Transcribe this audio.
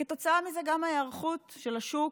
כתוצאה מזה, גם ההיערכות של השוק,